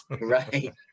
Right